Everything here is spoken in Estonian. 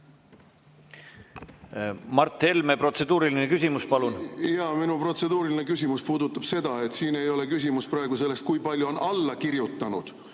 Mart Helme, protseduuriline küsimus, palun! Minu protseduuriline küsimus puudutab seda, et siin ei ole küsimus praegu selles, kui paljud on alla kirjutanud